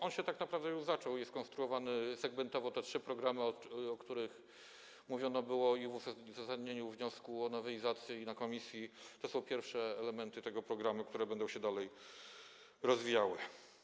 On się tak naprawdę już zaczął, jest konstruowany segmentowo, te trzy programy, o których była mowa i w uzasadnieniu wniosku o nowelizacji, i w komisji, to są pierwsze elementy tego programu, które będą się dalej rozwijały.